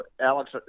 Alex